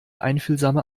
einfühlsame